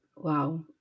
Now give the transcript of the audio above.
Wow